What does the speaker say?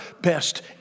best